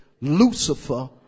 Lucifer